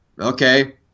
okay